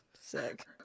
Sick